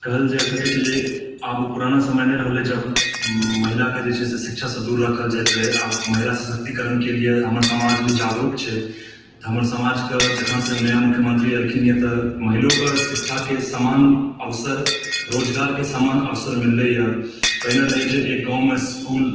कहल जै सकैत छै जे आब ओ पुराना समय नहि रहलय जब महिलाके जे छै से शिक्षासँ दूर राखल जाइत रहय आब महिला सशक्तिकरणके लिअ हमर समाज भी जागरूक छै तऽ हमर समाजके जखनसँ नया मुख्यमंत्री एलखिन हँ तऽ महिलोके शिक्षाके समान अवसर रोजगारके समान अवसर मिललयए पहिले रहय जे एक गाँवमे इस्कूल